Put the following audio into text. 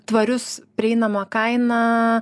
tvarius prieinama kaina